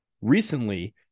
recently